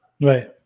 Right